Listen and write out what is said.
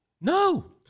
No